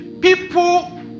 People